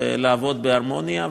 ולעבוד בהרמוניה,